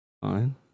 Fine